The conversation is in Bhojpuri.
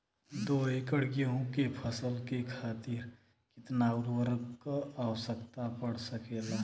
दो एकड़ गेहूँ के फसल के खातीर कितना उर्वरक क आवश्यकता पड़ सकेल?